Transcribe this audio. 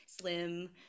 slim